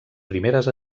primeres